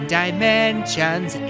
dimensions